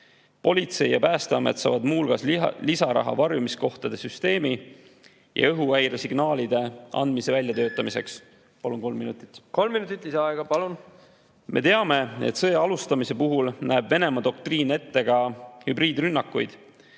Politsei ja Päästeamet saavad muu hulgas lisaraha varjumiskohtade süsteemi ja õhuhäiresignaalide andmise väljatöötamiseks. Palun kolm minutit juurde. Kolm minutit lisaaega, palun! Me teame, et sõja alustamise puhul näeb Venemaa doktriin ette ka hübriidrünnakuid,